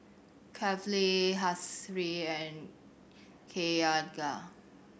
Kefli Hasif and Cahaya